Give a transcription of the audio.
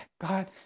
God